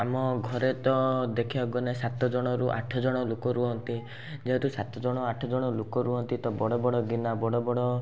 ଆମ ଘରେ ତ ଦେଖିବାକୁ ଗଲେ ସାତ ଜଣରୁ ଆଠ ଜଣ ଲୋକ ରୁହନ୍ତି ଯେହେତୁ ସାତ ଜଣ ଆଠ ଜଣ ଲୋକ ରୁହନ୍ତି ତ ବଡ଼ ବଡ଼ ଗିନା ବଡ଼ ବଡ଼